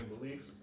Beliefs